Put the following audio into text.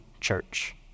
church